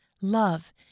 love